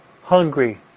hungry